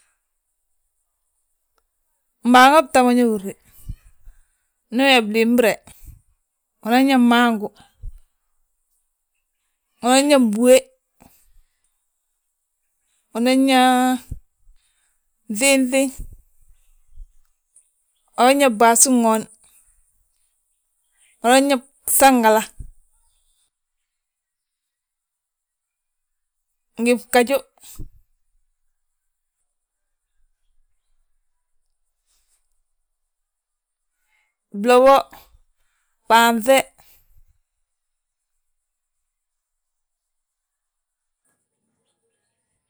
Mbaaŋa ta ma ñe húrni, ndu uyaa bliimbire, unan yaa bmangu, unan yaa mbúwe, unan yaa nŧiinŧi, unan yaa bwaasi ŋoon, unan yaa bsangala, ngi bjaju, blobo, baanŧe.